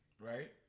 Right